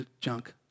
junk